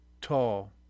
tall